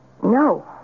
No